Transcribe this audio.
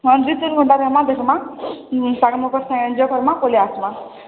ହଁ ଦୁଇ ତିନି ଘଣ୍ଟା ରହିମା ଦେଖମା ସାଙ୍ଗମାନଙ୍କ ସାଙ୍ଗେ ଏନ୍ଜୟ କର୍ମା ପଲେଇ ଆସ୍ମା